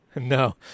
No